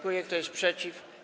Kto jest przeciw?